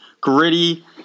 gritty